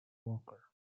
walker